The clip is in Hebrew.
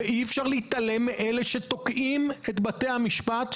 אי-אפשר להתעלם מאלה שתוקעים את בתי המשפט,